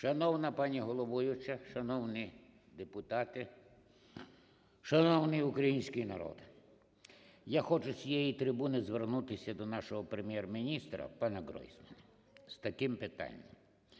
Шановна пані головуюча, шановні депутати, шановний український народ, я хочу з цієї трибуни звернутися до нашого Прем’єр-міністра пана Гройсмана з таким питанням.